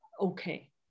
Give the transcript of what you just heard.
okay